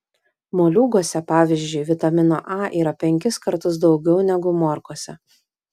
moliūguose pavyzdžiui vitamino a yra penkis kartus daugiau negu morkose